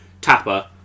Tapper